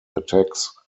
attacks